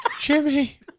Jimmy